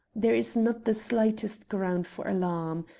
there is not the slightest ground for alarm.